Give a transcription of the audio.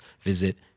visit